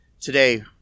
Today